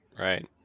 right